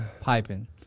Piping